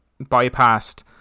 bypassed